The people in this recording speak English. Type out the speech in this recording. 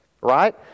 Right